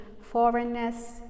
foreignness